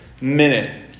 minute